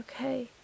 okay